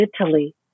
Italy